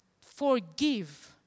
Forgive